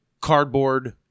cardboard